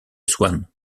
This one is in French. swann